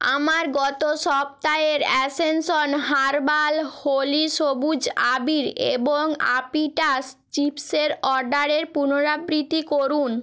আমার গত সপ্তাহের অ্যাসেনশন হার্বাল হোলি সবুজ আবীর এবং আপিটাস চিপসের অর্ডারের পুনরাবৃত্তি করুন